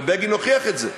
ובגין הוכיח את זה.